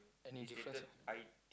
any difference